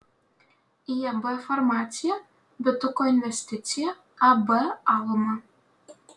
iab farmacija bituko investicija ab alma